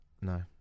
No